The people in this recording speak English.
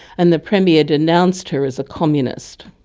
and the premier denounced her as a communist.